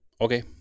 Okay